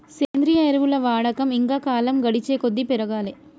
సేంద్రియ ఎరువుల వాడకం ఇంకా కాలం గడిచేకొద్దీ పెరగాలే